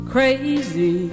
Crazy